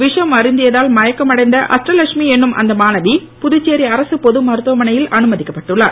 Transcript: விஷம் அருந்தியதால் மயக்கம் அடைந்த அஷ்டலட்சுமி என்னும் அந்த மாணவி புதுச்சேரி அரசு பொது மருத்துவமனையில் அனுமதிக்கப்பட்டுள்ளார்